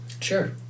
Sure